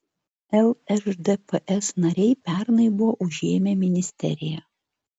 lšdps nariai pernai buvo užėmę ministeriją